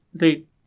right